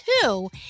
two